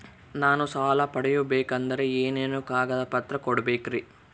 ನಾನು ಸಾಲ ಪಡಕೋಬೇಕಂದರೆ ಏನೇನು ಕಾಗದ ಪತ್ರ ಕೋಡಬೇಕ್ರಿ?